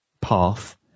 path